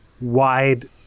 wide